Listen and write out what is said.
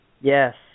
Yes